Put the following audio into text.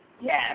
Yes